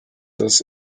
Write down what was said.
das